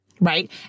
Right